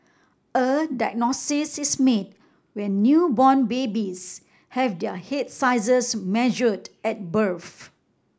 a diagnosis is made when newborn babies have their head sizes measured at birth